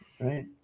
Right